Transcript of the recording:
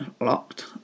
locked